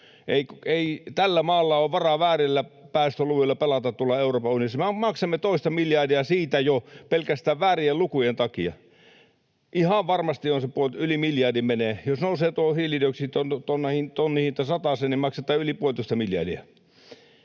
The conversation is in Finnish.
Ei tällä maalla ole varaa väärillä päästöluvuilla pelata tuolla Euroopan unionissa. Me maksamme siitä jo toista miljardia pelkästään väärien lukujen takia, ihan varmasti yli miljardin menee. Jos nousee tuo hiilidioksiditonnin hinta sataseen, niin maksetaan jo yli puolitoista miljardia.